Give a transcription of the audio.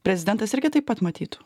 prezidentas irgi taip pat matytų